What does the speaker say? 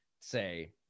say